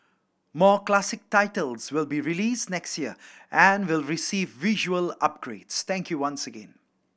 more classic titles will be released next year and will receive visual upgrades thank you once again